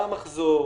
מה המחזור?